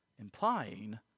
implying